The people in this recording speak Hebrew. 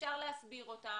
ואפשר להסביר אותם,